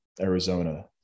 Arizona